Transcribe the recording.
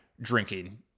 drinking